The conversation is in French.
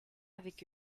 avec